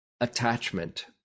Attachment